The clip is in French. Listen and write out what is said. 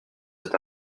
cet